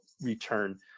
return